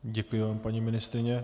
Děkuji vám, paní ministryně.